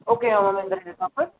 ஓகேவா மேம் இந்த ரெண்டு டாப்பு